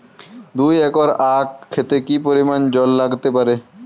দুই একর আক ক্ষেতে কি পরিমান জল লাগতে পারে?